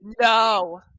No